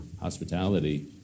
hospitality